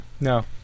no